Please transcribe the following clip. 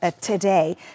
today